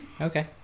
Okay